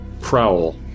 Prowl